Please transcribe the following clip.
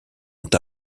ont